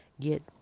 get